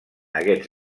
aquests